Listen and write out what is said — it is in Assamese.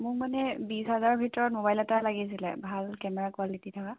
মোক মানে বিছ হাজাৰ ভিতৰত মোবাইল এটা লাগিছিল ভাল কেমেৰা কুৱালিটি থকা